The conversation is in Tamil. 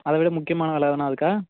அதை விட முக்கியமான வேலை எதனா இருக்கா